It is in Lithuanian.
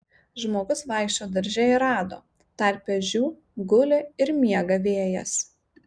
žmogus vaikščiojo darže ir rado tarpe ežių guli ir miega vėjas